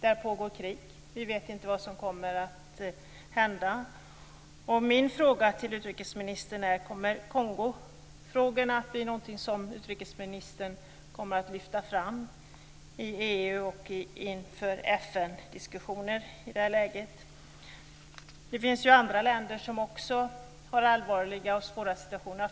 Det pågår krig där. Vi vet inte vad som kommer att hända. Min fråga till utrikesministern är: Kommer utrikesministern att lyfta fram Kongofrågorna i EU och inför FN-diskussioner i det här läget? Det finns ju andra länder som också har allvarliga och svåra situationer.